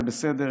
זה בסדר,